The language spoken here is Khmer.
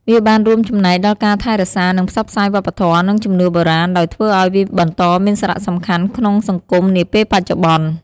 វាបានរួមចំណែកដល់ការថែរក្សា និងផ្សព្វផ្សាយវប្បធម៌ និងជំនឿបុរាណ ដោយធ្វើឲ្យវាបន្តមានសារៈសំខាន់ក្នុងសង្គមនាពេលបច្ចុប្បន្ន។